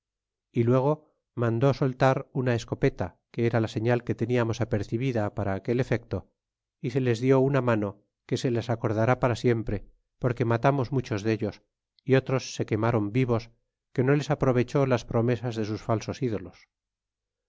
é luego mandó soltar una escopeta que era la señal que teniamos apercibida para aquel efecto y se les dió tina mano que se les acordará para siempre porque matamos muchos dellos y otros se quemaron vivos que no les aprovechó las promesas de sus falsos ídolos